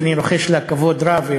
שאני רוחש לה כבוד רב,